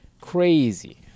crazy